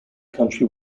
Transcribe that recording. country